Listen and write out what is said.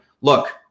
Look